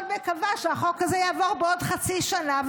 מקווה שהחוק הזה יעבור עוד חצי שנה.